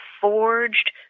forged